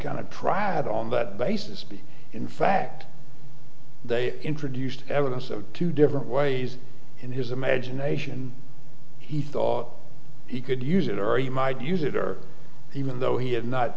of tried on that basis be in fact they introduced evidence of two different ways in his imagination he thought he could use it or you might use it or even though he had not